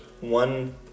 one